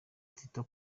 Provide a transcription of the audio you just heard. tito